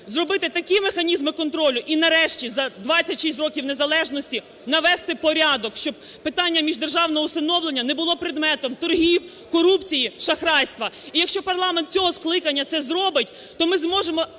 зробити такі механізми контролю і нарешті за 26 років незалежності навести порядок, щоб питання міждержавного усиновлення не було предметом торгів, корупції, шахрайства. І, якщо парламент цього скликання це зробить, то ми зможемо